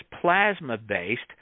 plasma-based